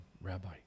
Rabbi